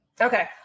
Okay